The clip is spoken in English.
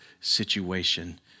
situation